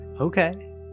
Okay